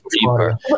deeper